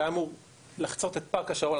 שהיה אמור לחצות את פארק השרון,